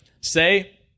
say